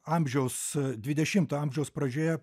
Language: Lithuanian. amžiaus dvidešimto amžiaus pradžioje